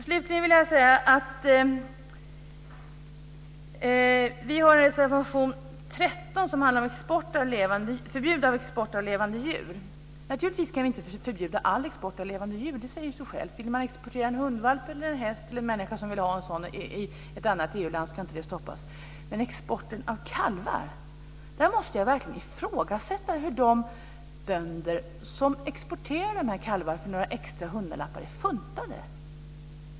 Slutligen har vi reservation 13 som handlar om förbud av export av levande djur. Naturligtvis kan vi inte förbjuda all export av levande djur - det säger sig självt. Vill man exportera en hundvalp eller en häst till en människa som vill ha en sådan i ett annat EU land så ska inte det stoppas. Men när det gäller export av kalvar så måste jag verkligen ifrågasätta hur de bönder som exporterar kalvar för några extra hundralappar är funtade.